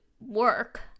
work